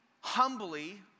humbly